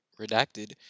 Redacted